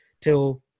till